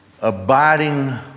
abiding